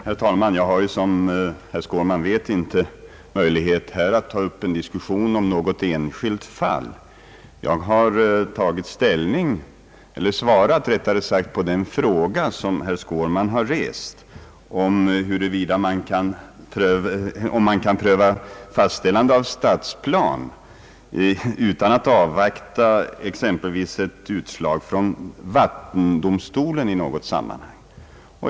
Herr talman! Jag har som herr Skårman vet inte möjlighet att här diskutera något enskilt fall — jag har svarat på den fråga herr Skårman ställt, om man kan pröva fastställande av stadsplan utan att avvakta exempelvis vattendomstolens utslag i ett visst sammanhang.